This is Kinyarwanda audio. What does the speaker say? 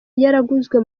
yaraguzwe